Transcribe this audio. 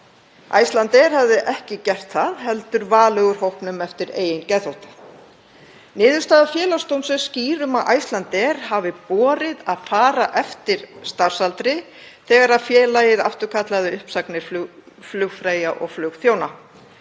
Icelandair hafði ekki gert það heldur valið úr hópnum eftir eigin geðþótta. Niðurstaða Félagsdóms er skýr um að Icelandair hafi borið að fara eftir starfsaldri þegar félagið afturkallaði uppsagnir flugfreyja og flugþjóna.